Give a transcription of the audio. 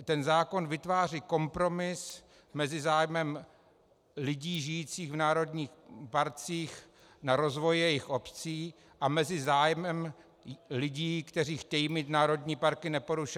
Ten zákon vytváří kompromis mezi zájmem lidí žijících v národních parcích na rozvoji jejich obcí a zájmem lidí, kteří chtějí mít národní parky neporušené.